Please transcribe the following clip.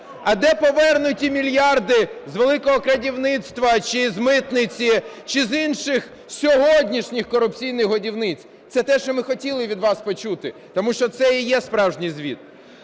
а де повернуті мільярди з "великого крадівництва" чи з митниці, чи з інших сьогоднішніх корупційних годівниць? Це те, що ми хотіли від вас почути, тому що це і є справжній звіт.